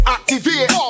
Activate